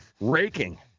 Raking